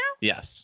Yes